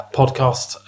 podcast